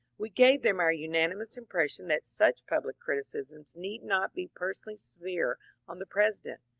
we gave them our unanimous impression that such public criticisms need not be personally severe on the president,